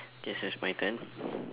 guess it's my turn